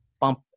bump